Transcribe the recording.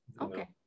Okay